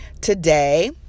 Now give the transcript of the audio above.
today